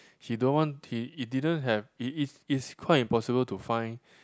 he don't want he it didn't have it is it's quite impossible to find